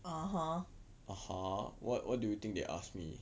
what what do you think they ask me